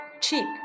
cheap